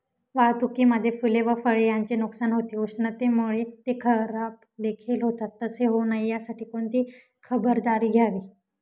वाहतुकीमध्ये फूले व फळे यांचे नुकसान होते, उष्णतेमुळे ते खराबदेखील होतात तसे होऊ नये यासाठी कोणती खबरदारी घ्यावी?